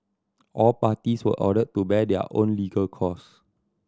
all parties were ordered to bear their own legal cost